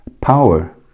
power